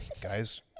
Guys